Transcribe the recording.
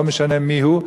לא משנה מי הם.